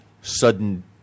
sudden –